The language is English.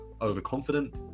overconfident